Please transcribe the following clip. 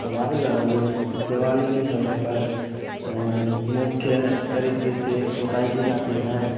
हमारे घरों में दिवाली के समय पर मुख्य तरीके से पुताई की जाती है